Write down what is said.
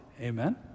Amen